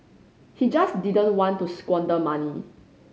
he just didn't want to squander money